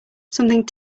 something